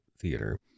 Theater